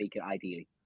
ideally